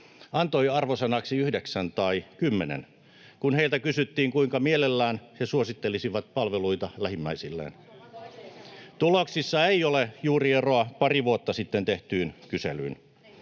antoi arvosanaksi 9 tai 10, kun heiltä kysyttiin, kuinka mielellään he suosittelisivat palvelua lähimmäisilleen. Tuloksissa ei ole juuri eroa pari vuotta sitten tehtyyn kyselyyn.